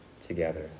together